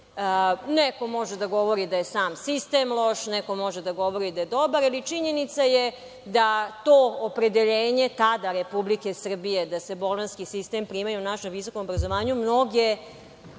može da govori da je sam sistem loš, neko može da govori da je dobar, ali činjenica je da to opredeljenje, tada Republike Srbije da se bolonjski sistem prima i u našem visokom obrazovanju, mnoge